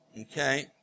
okay